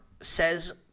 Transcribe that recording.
says